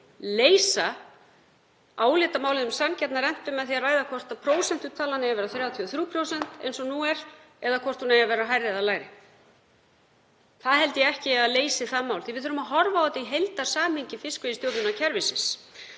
leysa álitamálið um sanngjarna rentu með því að ræða hvort prósentutalan eigi að vera 33% eins og nú er eða hvort hún eigi að vera hærri eða lægri. Það held ég ekki að leysi það mál því við þurfum að horfa á þetta í heildarsamhengi fiskveiðistjórnarkerfisins.